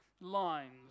lines